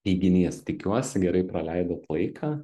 teiginys tikiuosi gerai praleidot laiką